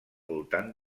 voltant